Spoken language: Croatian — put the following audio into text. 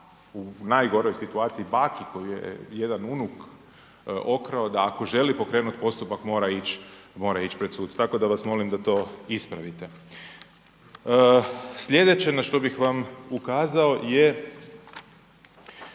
u najgoroj situaciji baki koju je jedan unuk okrao, da ako želi pokrenuti postupak, mora ići pred sud. Tako da vas molim da to ispravite. Slijedeće na što bih vam ukazao je